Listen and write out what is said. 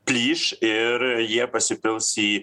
plyš ir jie pasipils į